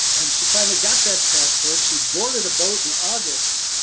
and she finally got that passport, she boarded a boat in august.